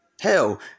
Hell